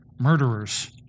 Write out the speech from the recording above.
Murderers